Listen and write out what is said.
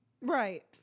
Right